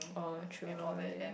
oh true I guess